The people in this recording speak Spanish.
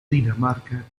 dinamarca